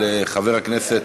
של חבר הכנסת